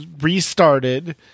restarted